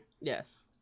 yes